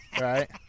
Right